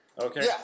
Okay